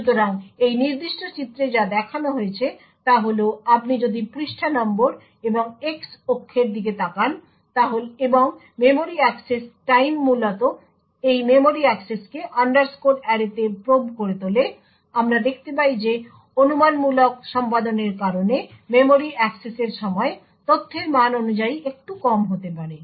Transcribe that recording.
সুতরাং এই নির্দিষ্ট চিত্রে যা দেখানো হয়েছে তা হল আপনি যদি পৃষ্ঠা নম্বর এবং x অক্ষের দিকে তাকান এবং মেমরি অ্যাক্সেস টাইম মূলত এই মেমরি অ্যাক্সেসকে আন্ডারস্কোর অ্যারেতে প্রোব করে তোলে আমরা দেখতে পাই যে অনুমানমূলক সম্পাদনের কারণে মেমরি অ্যাক্সেসের সময় তথ্যের মান অনুযায়ী একটু কম হতে পারে